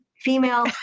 female